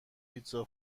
پیتزا